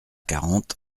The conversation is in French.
quarante